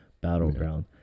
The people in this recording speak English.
Battleground